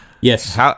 Yes